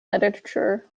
literature